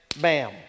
bam